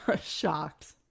Shocked